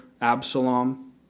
Absalom